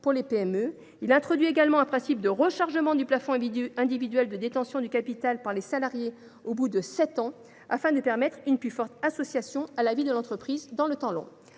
dans les PME. Il introduit également un principe de rechargement du plafond individuel de détention du capital par les salariés au bout de sept ans, afin de favoriser une association plus étroite des salariés à la vie de l’entreprise dans le temps long.